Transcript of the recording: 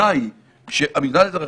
המינהל האזרחי,